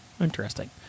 Interesting